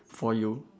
for you